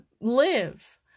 live